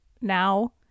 now